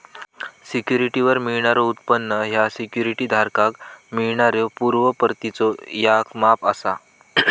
सिक्युरिटीवर मिळणारो उत्पन्न ह्या सिक्युरिटी धारकाक मिळणाऱ्यो पूर्व परतीचो याक माप असा